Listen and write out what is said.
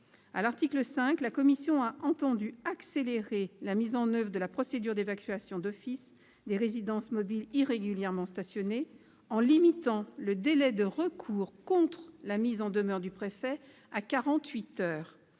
À l'article 5, la commission a entendu accélérer la mise en oeuvre de la procédure d'évacuation d'office des résidences mobiles irrégulièrement stationnées en limitant le délai de recours contre la mise en demeure du préfet à